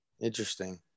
Interesting